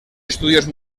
estudios